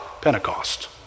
Pentecost